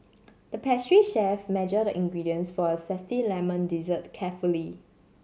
the pastry chef measured the ingredients for a zesty lemon dessert carefully